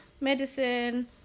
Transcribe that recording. medicine